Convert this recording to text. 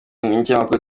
n’ikinyamakuru